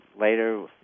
later